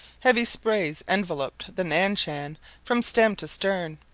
heavy sprays enveloped the nan-shan from stem to stern,